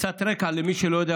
קצת רקע למי שלא יודע,